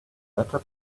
letter